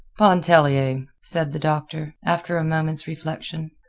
pontellier, said the doctor, after a moment's reflection,